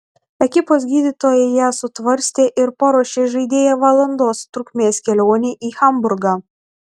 ekipos gydytojai ją sutvarstė ir paruošė žaidėją valandos trukmės kelionei į hamburgą